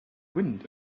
wind